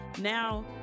now